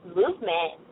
movement